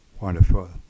Wonderful